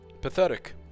Pathetic